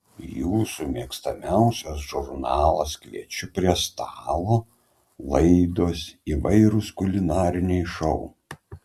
jūsų mėgstamiausias žurnalas kviečiu prie stalo laidos įvairūs kulinariniai šou